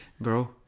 bro